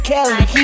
Kelly